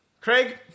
Craig